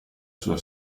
sua